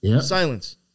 Silence